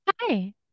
Hi